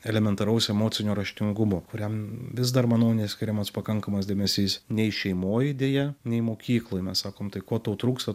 elementaraus emocinio raštingumo kuriam vis dar manau neskiriamas pakankamas dėmesys nei šeimoj deja nei mokykloj mes sakom tai ko tau trūksta